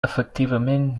efectivament